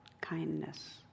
kindness